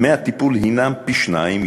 דמי הטיפול הנם פי-שניים,